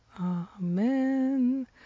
Amen